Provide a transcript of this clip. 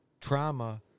trauma